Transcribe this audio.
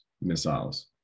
missiles